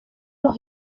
los